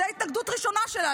זו התנגדות ראשונה שלה.